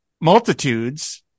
Multitudes